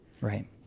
Right